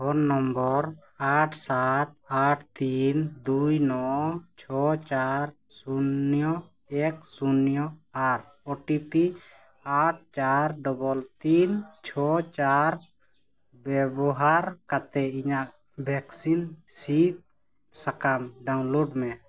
ᱟᱴ ᱥᱟᱛ ᱟᱴ ᱛᱤᱱ ᱫᱩᱭ ᱱᱚ ᱪᱷᱚ ᱪᱟᱨ ᱥᱩᱭᱱᱚ ᱮᱠ ᱥᱩᱭᱱᱚ ᱟᱴ ᱟᱴ ᱪᱟᱨ ᱛᱤᱱ ᱪᱷᱚᱭ ᱪᱟᱨ ᱵᱮᱵᱚᱦᱟᱨ ᱠᱟᱛᱮᱫ ᱤᱧᱟᱹᱜ ᱥᱤᱫ ᱥᱟᱠᱟᱢ ᱢᱮ